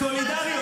סולידריות.